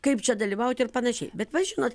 kaip čia dalyvaut ir panašiai bet va žinot